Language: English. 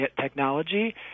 technology